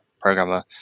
programmer